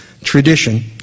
tradition